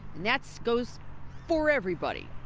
that so goes for everybody.